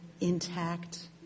intact